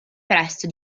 presto